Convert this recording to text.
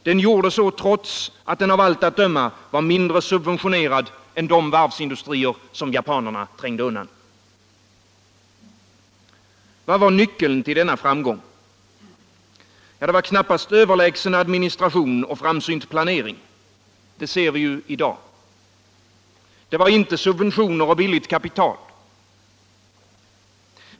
Den gjorde så trots att den av allt att döma var mindre subventionerad än de varvsindustrier som japanerna trängde undan. Vad var nyckeln till denna framgång? Ja, den var knappast överlägsen administration och framsynt planering; det ser vi ju i dag. Den var inte heller subventioner och billigt kapital.